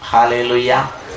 Hallelujah